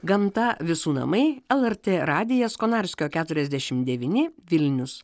gamta visų namai lrt radijas konarskio keturiasdešimt devyni vilnius